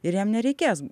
ir jam nereikės